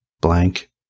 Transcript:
blank